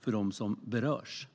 för dem som berörs.